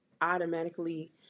automatically